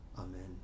Amen